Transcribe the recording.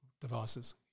devices